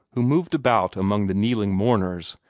who moved about among the kneeling mourners,